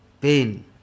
pain